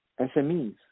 SMEs